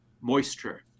moisture